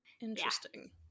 Interesting